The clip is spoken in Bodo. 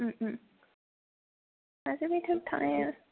ओम ओम दा जोंनिथिं थानाया